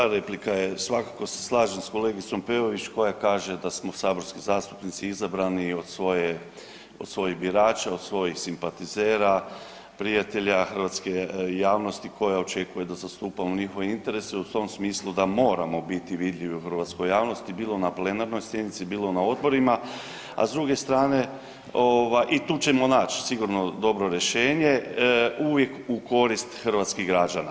Pa replika je, svakako se slažem s kolegicom Peović koja kaže da smo saborski zastupnici izabrani od svoje, od svojih birača, od svojih simpatizera, prijatelja hrvatske javnosti koja očekuje da zastupamo njihove interese u tom smislu da moramo biti vidljivi u hrvatskoj javnosti, bilo na plenarnoj sjednici, bilo na odborima, a s druge strane ovaj i tu ćemo nać sigurno dobro rješenje uvijek u korist hrvatskih građana.